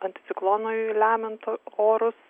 anticiklonui lemiant orus